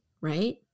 right